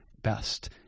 best